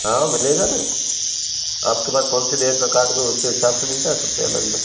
हाँ मिलेगा न आपके पास कौनसा कार्ड जो उसके हिसाब से मिलता है